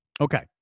Okay